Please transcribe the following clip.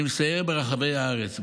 אני מסייר ברחבי הארץ,